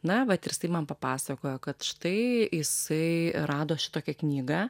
na va ir jisai man papasakojo kad štai jisai rado šitokią knygą